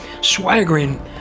swaggering